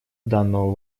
данного